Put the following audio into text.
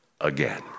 again